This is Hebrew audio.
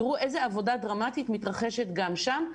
תראו איזה עבודה דרמטית מתרחשת גם שם.